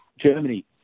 Germany